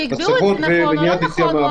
שיקבעו אם זה נכון או לא נכון.